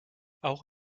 auch